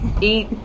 eat